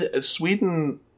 Sweden